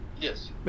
Yes